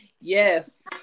Yes